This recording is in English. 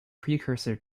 precursor